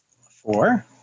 Four